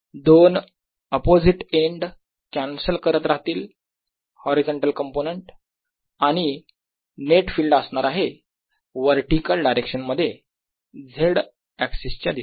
दोन opposite and cancel करत राहतील हॉरिझाँटल कंपोनेंट आणि नेट फिल्ड असणार आहे वर्टीकल डायरेक्शन मध्ये z अक्सेस च्या दिशेने